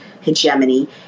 hegemony